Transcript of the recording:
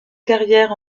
carrière